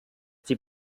sie